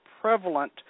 prevalent